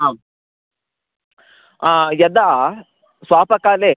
आम् यदा स्वापकाले